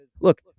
look